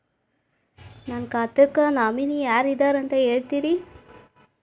ನನ್ನ ಖಾತಾಕ್ಕ ನಾಮಿನಿ ಯಾರ ಇದಾರಂತ ಹೇಳತಿರಿ?